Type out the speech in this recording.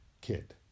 kid